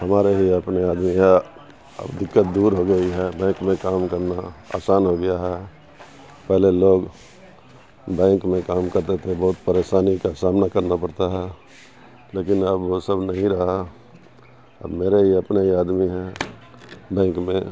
ہمارے ہی اپنے آدمی ہے اب دقت دور ہو گئی ہے بینک میں کام کرنا آسان ہو گیا ہے پہلے لوگ بینک میں کام کرتے تھے بہت پریشانی کا سامنا کرنا پڑتا ہے لیکن اب وہ سب نہیں رہا اب میرے ہی اپنے ہی آدمی ہیں بینک میں